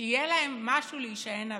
שיהיה להם משהו להישען עליו,